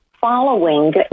following